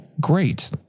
great